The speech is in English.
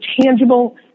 tangible